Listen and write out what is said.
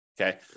Okay